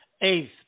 eighth